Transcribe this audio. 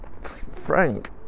Frank